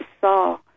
saw